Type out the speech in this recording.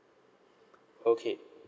okay